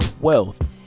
wealth